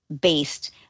based